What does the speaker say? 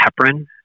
heparin